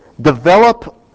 Develop